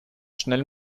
schnell